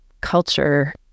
culture